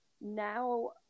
now